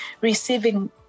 receiving